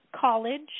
college